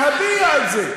להביע את זה.